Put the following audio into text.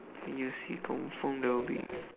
can you see confirm they will be